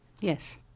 Yes